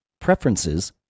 Preferences